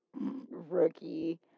Rookie